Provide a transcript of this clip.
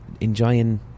enjoying